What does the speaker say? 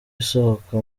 isohoka